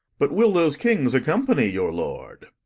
but will those kings accompany your lord?